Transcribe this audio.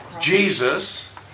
Jesus